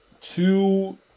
Two